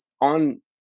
on